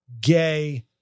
gay